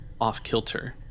off-kilter